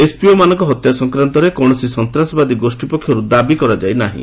SPO ମାନଙ୍କ ହତ୍ୟା ସଂକ୍ରାନ୍ତରେ କୌଣସି ସନ୍ତାସବାଦୀ ଗୋଷୀ ପକ୍ଷରୁ ଦାବି କରାଯାଇନାହିଁ